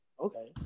Okay